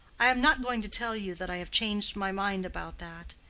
i am not going to tell you that i have changed my mind about that.